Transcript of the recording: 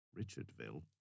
Richardville